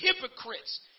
hypocrites